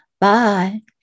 Bye